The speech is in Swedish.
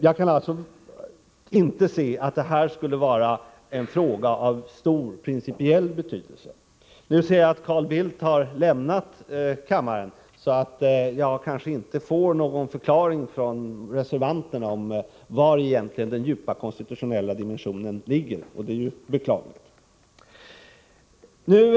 Jag kan alltså inte se att detta skulle vara en fråga av stor principiell betydelse. Jag märker nu att Carl Bildt har lämnat kammaren, så jag kanske inte får något svar från reservanterna som förklarar vari den djupa konstitutionella dimensionen egentligen ligger. Det är i så fall beklagligt.